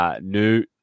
New